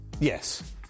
yes